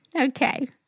okay